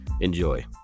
Enjoy